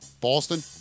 Boston